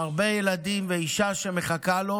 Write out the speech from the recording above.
הוא עם הרבה ילדים ואישה שמחכה לו.